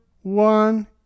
one